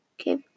Okay